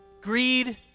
greed